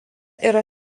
yra